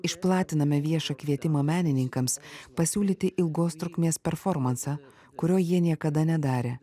išplatiname viešą kvietimą menininkams pasiūlyti ilgos trukmės performansą kurio jie niekada nedarė